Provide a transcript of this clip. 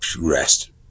rest